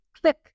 click